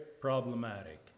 problematic